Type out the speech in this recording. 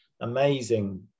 amazing